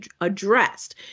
addressed